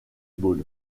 ball